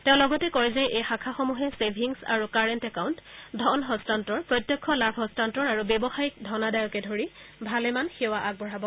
তেওঁ লগতে কয় যে এই শাখাসমূহে ছেভিং আৰু কাৰেণ্ট একাউণ্ট ধন হস্তান্তৰ প্ৰত্যক্ষ লাভ হস্তান্তৰ আৰু ব্যৱসায়িক ধনাদায়কে ধৰি ভালেমান সেৱা আগবঢ়াব